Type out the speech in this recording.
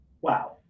Wow